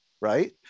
Right